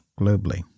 globally